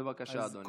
בבקשה, אדוני.